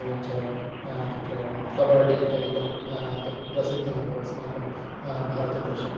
एवञ्च तत्र काबाडि इत्यादिकं तत्प्रसिद्धमेव अस्माकं भारतदेशे